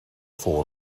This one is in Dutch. voor